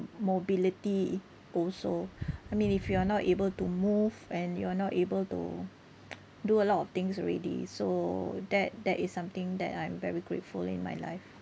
mobility also I mean if you are not able to move and you are not able to do a lot of things already so that that is something that I am very grateful in my life